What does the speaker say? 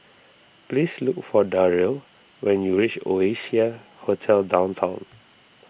please look for Darryle when you reach Oasia Hotel Downtown